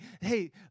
hey